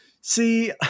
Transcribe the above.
See